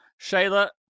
Shayla